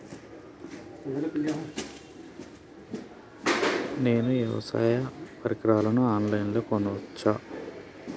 నేను వ్యవసాయ పరికరాలను ఆన్ లైన్ లో కొనచ్చా?